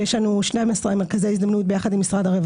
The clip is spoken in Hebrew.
ויש לנו 12 מרכזי הזדמנות משותפים